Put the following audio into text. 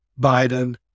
Biden